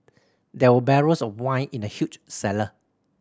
there were barrels of wine in the huge cellar